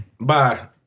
Bye